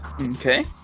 Okay